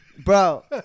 Bro